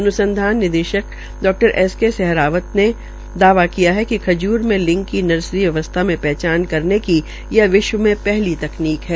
अन्संधान निदेशक डा एस के सहरावत नर्सरी ने दावा किया है खजूर में लिंग की नर्सरी आवस्था में हचान करने की यह विश्व में हली तकनीक है